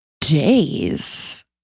days